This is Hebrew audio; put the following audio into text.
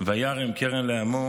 "וירם קרן לעמו",